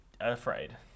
afraid